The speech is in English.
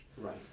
right